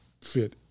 fit